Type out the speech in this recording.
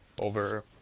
over